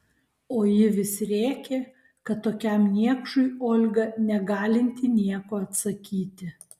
o ji vis rėkė kad tokiam niekšui olga negalinti nieko atsakyti